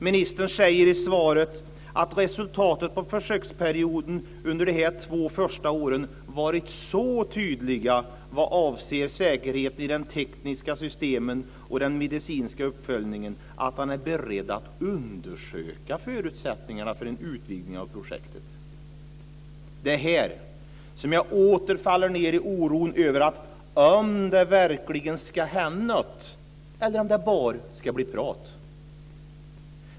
Ministern säger i svaret att resultaten av försöksperioden under de här två första åren varit så tydliga vad avser säkerheten i de tekniska systemen och den medicinska uppföljningen att han är beredd att undersöka förutsättningarna för en utvidgning av projektet. Det är här som jag åter faller ned i oron över om det verkligen ska hända något eller om det bara ska bli prat.